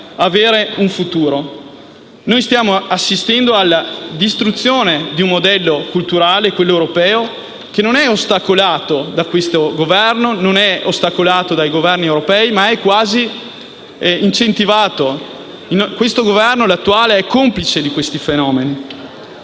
Stiamo assistendo alla distruzione di un modello culturale, quello europeo, che non è ostacolata da questo Governo, né dai Governi europei, ma è quasi incentivata. L'attuale Governo è complice di questi fenomeni.